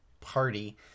party